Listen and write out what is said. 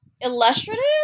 illustrative